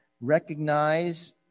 recognize